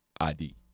ID